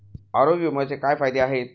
आरोग्य विम्याचे काय फायदे आहेत?